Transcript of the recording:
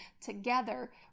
together